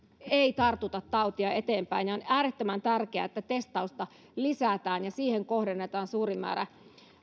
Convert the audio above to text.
eivät tartuta tautia eteenpäin on äärettömän tärkeää että testausta lisätään ja siihen kohdennetaan suuri määrä